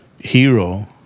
hero